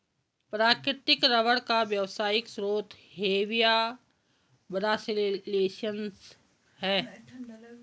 प्राकृतिक रबर का व्यावसायिक स्रोत हेविया ब्रासिलिएन्सिस है